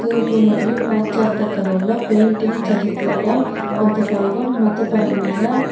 తూర్పు మరియు పాశ్చాత కళల్లో పెయింటింగ్ చరిత్రలో కొంత భాగం మతపరమైన